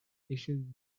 issued